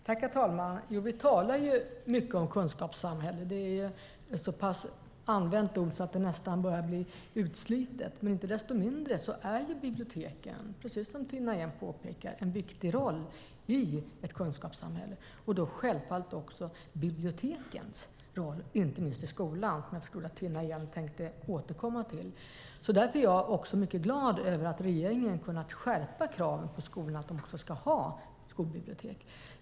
Herr talman! Vi talar mycket om kunskapssamhället. Det är ett så pass använt ord att det nästan börjar bli utslitet, men inte desto mindre har biblioteken, precis som Tina Ehn påpekar, en viktig roll i ett kunskapssamhälle. Det gäller självfallet bibliotekens roll i skolan, inte minst. Jag förstod att Tina Ehn tänkte återkomma till detta. Jag är mycket glad över att regeringen har kunnat skärpa kraven på skolan att de ska ha skolbibliotek.